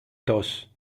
tos